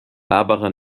barbara